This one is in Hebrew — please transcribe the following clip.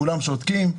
כולם שותקים.